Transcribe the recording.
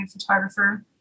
photographer